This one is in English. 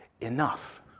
enough